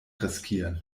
riskieren